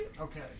Okay